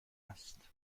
است